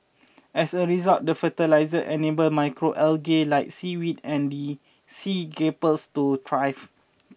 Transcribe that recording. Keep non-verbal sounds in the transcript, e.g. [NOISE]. as a result the fertiliser enable macro algae like seaweed and [HESITATION] sea grapes to thrive